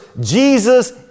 Jesus